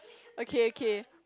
okay okay